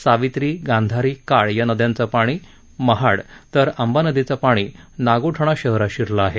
सावित्री गांधारी काळ या नदयांचं पाणी महाड तर आंबा नदीचं पाणी नागोठणा शहरात शिरलं आहे